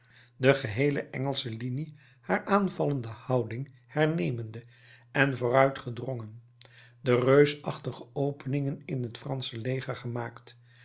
de geheele engelsche linie haar aanvallende houding hernemende en vooruit gedrongen de reusachtige opening in het fransche leger gemaakt